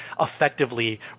effectively